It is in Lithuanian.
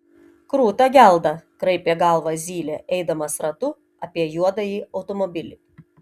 kruta gelda kraipė galvą zylė eidamas ratu apie juodąjį automobilį